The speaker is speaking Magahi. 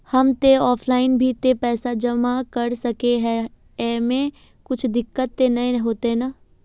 हम ते ऑफलाइन भी ते पैसा जमा कर सके है ऐमे कुछ दिक्कत ते नय न होते?